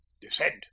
descend